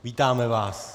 Vítáme vás.